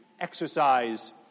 exercise